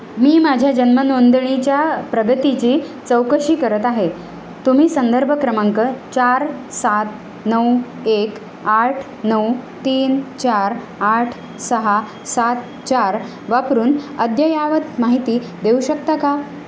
मी माझ्या जन्म नोंदणीच्या प्रगतीची चौकशी करत आहे तुम्ही संदर्भ क्रमांक चार सात नऊ एक आठ नऊ तीन चार आठ सहा सात चार वापरून अद्ययावत माहिती देऊ शकता का